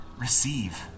receive